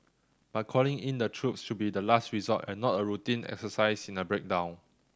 but calling in the troops should be the last resort and not a routine exercise in a breakdown